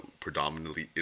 predominantly